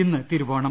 ഇന്ന് തിരുവോണം